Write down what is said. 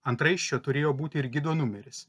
ant raiščio turėjo būti ir gido numeris